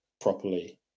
properly